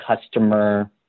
customer